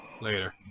Later